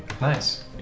Nice